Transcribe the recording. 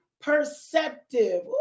perceptive